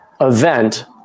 event